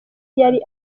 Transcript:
yari